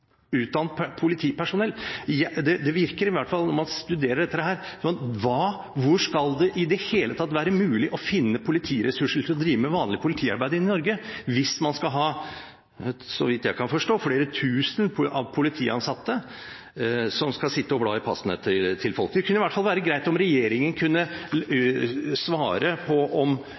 utdannet politipersonell. Det virker i hvert fall slik når man studerer dette. Hvordan skal det i det hele tatt være mulig å finne politiressurser til å drive med vanlig politiarbeid i Norge hvis man skal ha – så vidt jeg kan forstå – flere tusen politiansatte som skal sitte og bla i passene til folk. Det kunne i hvert fall være greit om regjeringen kunne svare på om